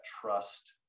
trust